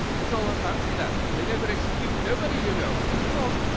it's all her fancy, that they never executes nobody, you know. come on!